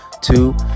Two